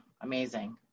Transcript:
Amazing